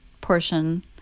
portion